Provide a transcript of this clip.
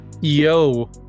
Yo